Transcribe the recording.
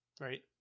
right